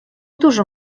dużym